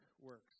works